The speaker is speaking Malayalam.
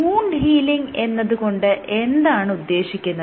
വൂണ്ട് ഹീലിങ് എന്നത് കൊണ്ട് എന്താണ് ഉദ്ദേശിക്കുന്നത്